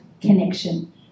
connection